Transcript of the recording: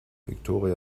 viktoria